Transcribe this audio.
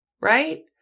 right